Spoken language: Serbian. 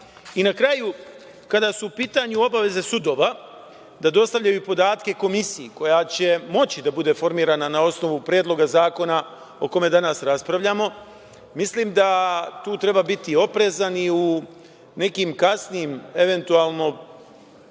kraju, kada su u pitanju obaveze sudova, da dostavljaju podatke komisiji koja će moći da bude formirana na osnovu Predloga zakona o kome danas raspravljamo, mislim da tu treba biti oprezan i u nekim kasnijim, eventualno,